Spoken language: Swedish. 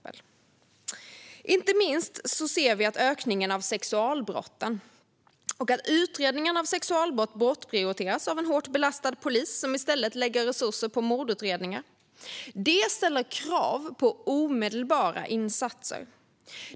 Inte minst ökningen av sexualbrotten - och att utredningarna av sexualbrott bortprioriteras av en hårt belastad polis som i stället lägger resurser på mordutredningar - ställer krav på omedelbara insatser.